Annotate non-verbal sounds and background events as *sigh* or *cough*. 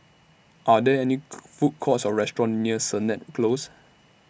Are There any *noise* Food Courts Or restaurants near Sennett Close